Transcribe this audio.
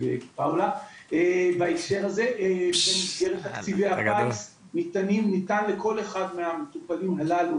בהקשר הזה דרך תקציבי הפיס ניתן לכל אחד מהמטופלים הללו